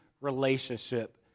relationship